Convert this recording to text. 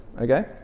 Okay